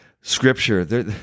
scripture